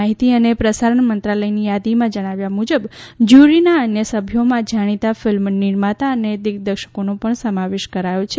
માહિતી અને પ્રસારણ મંત્રાલયની યાદીમાં જણાવ્યા મુજબ જ્યુરીના અન્ય સભ્યોમાં જાણીતા ફિલ્મ નિર્માતા અને દિગ્દર્શકોનો પણ સમાવેશ કરાયો છે